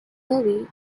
movie